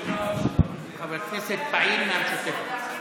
חבר כנסת פעיל מהמשותפת.